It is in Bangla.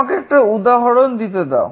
আমাকে একটা উদাহরণ দিতে দাও